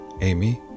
Amy